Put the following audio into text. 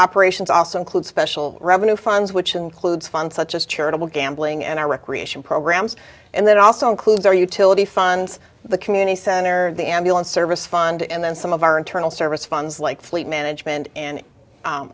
operations also include special revenue funds which includes funds such as charitable gambling and our recreation programs and that also includes our utility funds the community center and the ambulance service fund and then some of our internal service funds like fleet management and